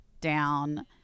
down